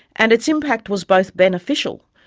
and its impact was both beneficial,